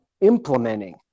implementing